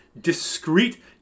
discrete